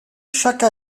chaque